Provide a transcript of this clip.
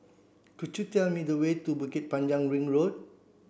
could you tell me the way to Bukit Panjang Ring Road